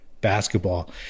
basketball